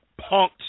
punked